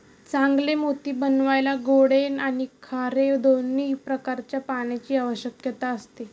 चांगले मोती बनवायला गोडे आणि खारे दोन्ही प्रकारच्या पाण्याची आवश्यकता असते